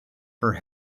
her